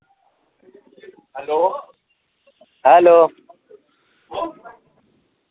hello